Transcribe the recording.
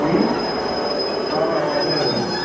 অ' অ' পঞ্চাছ হাজাৰ